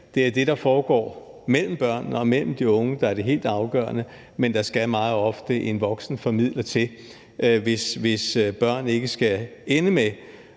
Det er det, der foregår mellem børnene og mellem de unge, der er det helt afgørende. Men der skal meget ofte en voksen formidler til, hvis børn ikke skal ende med